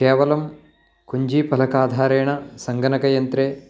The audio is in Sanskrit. केवलं कुञ्जीफलकाधारेण सङ्गणकयन्त्रे